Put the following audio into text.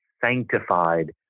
sanctified